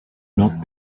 not